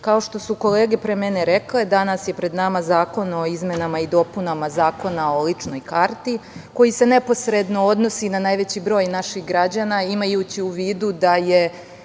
kao što su kolege pre mene rekle danas je pred nama zakon o izmenama i dopunama Zakona o ličnoj karti koji se neposredno odnosi na najveći broj naših građana, imajući u vidu da je